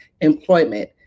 employment